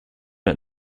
out